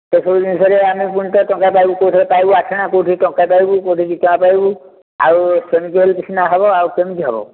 ସେସବୁ ଜିନିଷରେ ଆମେ ପୁଣି ତ ଟଙ୍କା ପାଇବୁ କେଉଁଠି ପାଇବୁ ଆଠଣା କେଉଁଠି ଟଙ୍କାଟେ ପାଇବୁ କେଉଠି ଦୁଇ ଟଙ୍କା ପାଇବୁ ଆଉ ସେମିତି ହେଲେ ସିନା ହେବ ଆଉ କେମିତି ହେବ